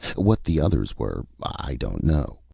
what the others were i don't know.